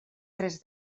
tres